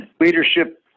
leadership